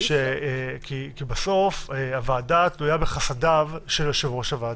כי בסוף הוועדה תלויה בחסדיו של יושב-ראש הוועדה,